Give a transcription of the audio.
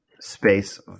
space